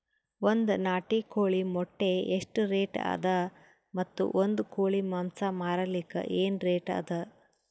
ಒಂದ್ ನಾಟಿ ಕೋಳಿ ಮೊಟ್ಟೆ ಎಷ್ಟ ರೇಟ್ ಅದ ಮತ್ತು ಒಂದ್ ಕೋಳಿ ಮಾಂಸ ಮಾರಲಿಕ ಏನ ರೇಟ್ ಅದ?